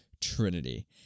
trinity